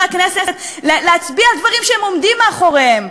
הכנסת להצביע על דברים שהם עומדים מאחוריהם,